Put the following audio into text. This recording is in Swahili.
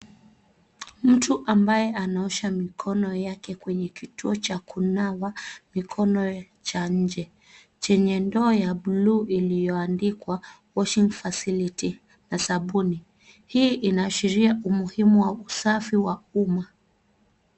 Mtu ambaye anaosha mikono yake kwenye kituo cha kunawa mikono cha nje chenye ndoo ya buluu ilioandikwa washing facility na sabuni. Hii inaashiria umuhimu wa usafi wa umma.